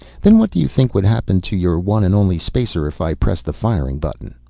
then what do you think would happen to your one and only spacer if i pressed the firing button?